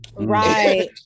right